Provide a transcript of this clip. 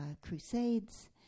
crusades